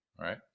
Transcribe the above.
right